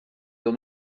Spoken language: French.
dont